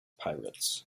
pirates